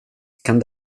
kan